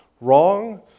wrong